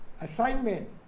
assignment